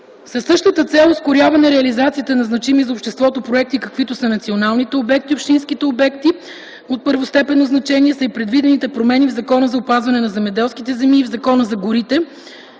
Със същата цел – ускоряване реализацията на значими за обществото проекти, каквито са националните обекти и общинските обекти от първостепенно значение, са и предвидените промени в Закона за опазване на земеделските земи и в Закона за горите